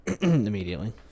Immediately